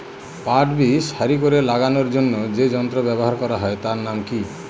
পাট বীজ সারি করে লাগানোর জন্য যে যন্ত্র ব্যবহার হয় তার নাম কি?